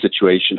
situation